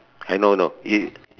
ah no no it